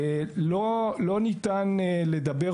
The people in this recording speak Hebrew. לא ניתן לדבר,